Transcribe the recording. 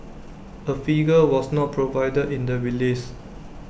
A figure was not provided in the release